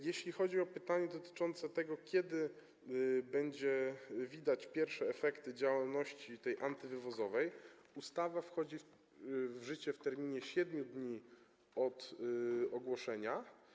Jeśli chodzi o pytanie dotyczące tego, kiedy będzie widać pierwsze efekty tej działalności antywywozowej, to ustawa wchodzi w życie w terminie 7 dni od ogłoszenia.